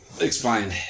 Explain